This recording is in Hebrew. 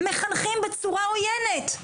מחנכים בצורה עויינת.